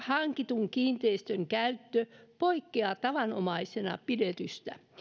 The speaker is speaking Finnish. hankitun kiinteistön käyttö poikkeaa tavanomaisena pidetystä